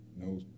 no